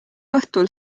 õhtul